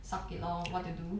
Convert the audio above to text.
suck it lor what to do